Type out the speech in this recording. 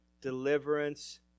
deliverance